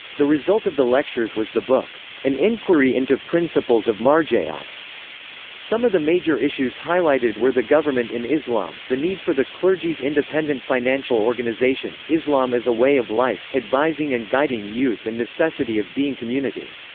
the result of the lectures was the book an inquiry into principles of mar'jaiyat. ah but some of the major issues highlighted were the government in islam, the need for the clergy's independent financial organization, islam as a way of life, advising and guiding youth and necessity of being community.